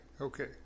okay